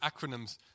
acronyms